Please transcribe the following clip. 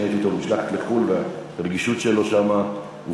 אני הייתי אתו במשלחת לחו"ל והרגישות שלו הופגנה